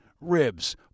ribs